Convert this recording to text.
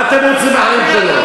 מה אתם רוצים מהחיים שלו?